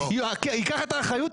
ייקח את האחריות,